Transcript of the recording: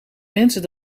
mensen